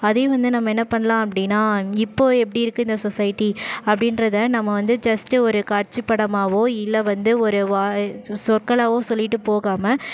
அதையும் வந்து நம்ம என்ன பண்ணலாம் அப்படின்னா இப்போது எப்டிருக்குது இந்த சொசைட்டி அப்படின்றத நம்ம வந்து ஜஸ்ட் ஒரு காட்சி படமாகவோ இல்லை வந்து ஒரு வாய் சொற்களாகவோ சொல்லிட்டு போகாமல்